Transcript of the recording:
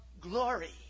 glory